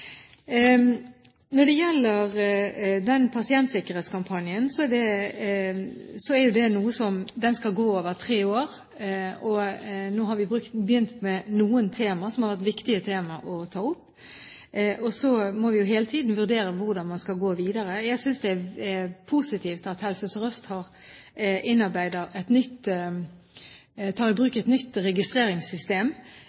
Når det gjelder pasientsikkerhetskampanjen, skal den gå over tre år. Nå har vi begynt med noen tema som har vært viktige tema å ta opp, og så må vi jo hele tiden vurdere hvordan man skal gå videre. Jeg synes det er positivt at Helse Sør-Øst tar i bruk et nytt